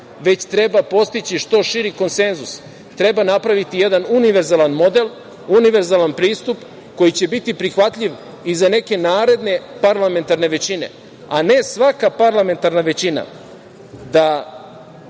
već treba postići što širi konsenzus. Treba napraviti jedan univerzalan model, univerzalan pristup koji će biti prihvatljiv i za neke naredne parlamentarne većine, a ne svaka parlamentarna većina